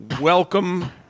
Welcome